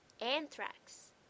anthrax